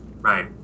right